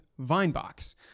Vinebox